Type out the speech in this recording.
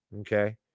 Okay